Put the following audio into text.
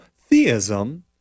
theism